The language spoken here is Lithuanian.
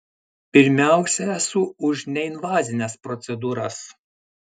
pirmiausia esu už neinvazines procedūras